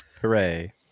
Hooray